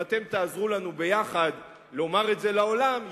אם אתם תעזרו לנו יחד לומר את זה לעולם,